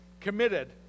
committed